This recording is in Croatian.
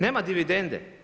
Nema dividende.